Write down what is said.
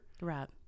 right